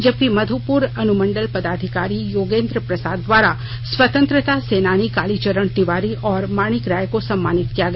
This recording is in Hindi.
जबकि मध्पुर अनुमंडल पदाधिकारी योगेंद्र प्रसाद द्वारा स्वतंत्रता सेनानी कालीचरण तिवारी और माणिक राय को सम्मानित किया गया